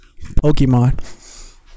Pokemon